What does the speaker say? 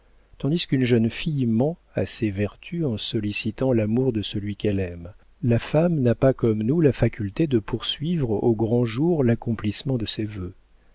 tandis qu'une jeune fille ment à ses vertus en sollicitant l'amour de celui qu'elle aime la femme n'a pas comme nous la faculté de poursuivre au grand jour l'accomplissement de ses vœux